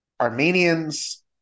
Armenians